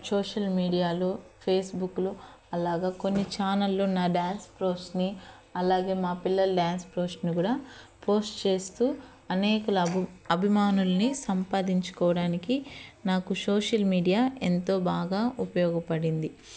social మీడియాలో ఫేస్బుక్లో అలాగ కొన్ని ఛానల్లో నా డాన్స్ ప్రోస్ని అలాగే మా పిల్లల డాన్స్ ప్రోస్ని కూడా పోస్ట్ చేస్తూ అనేకుల అబి అభిమానుల్ని సంపాదించుకోవడానికి నాకు సోషల్ మీడియా ఎంతో బాగా ఉపయోగపడింది